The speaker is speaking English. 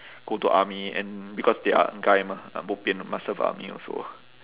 go to army and because they are guy mah ah bo pian must serve army also